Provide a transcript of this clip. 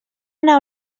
anar